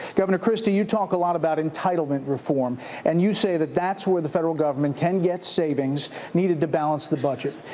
governor christie, you talk a lot about entitlement reform and you say that that's where the federal government can get savings needed to balance the budget.